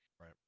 right